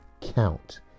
count